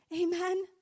Amen